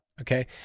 okay